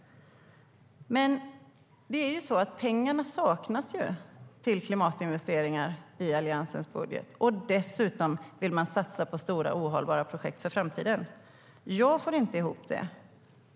Men pengarna saknas till klimatinvesteringar i Alliansens budget. Dessutom vill ni satsa på stora, ohållbara projekt för framtiden. Jag får inte ihop det.